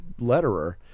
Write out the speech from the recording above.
letterer